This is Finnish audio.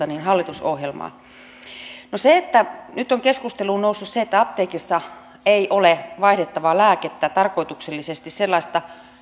hallitusohjelmaa nyt on keskusteluun noussut se että apteekissa ei ole vaihdettavaa lääkettä tarkoituksellisesti sellaisesta